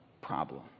problem